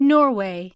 Norway